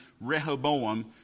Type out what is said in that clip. Rehoboam